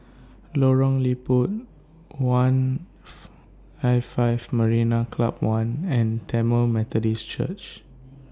Lorong Liput one'L five Marina Club one and Tamil Methodist Church